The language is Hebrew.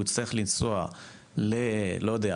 והוא יצטרך לנסוע ללא יודע,